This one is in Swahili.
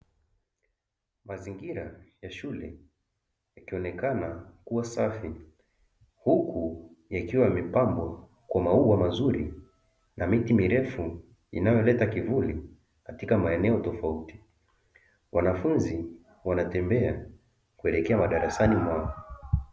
Mazingira ya shule yakionekana kuwa safi huku yakiwa yamepambwa kwa maua mazuri na miti mirefu inayoleta kivuli katika maeneo tofauti, wanafunzi wanatembea kuelekea madarasani mwao.